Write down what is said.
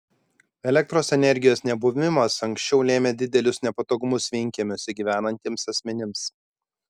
elektros energijos nebuvimas anksčiau lėmė didelius nepatogumus vienkiemiuose gyvenantiems asmenims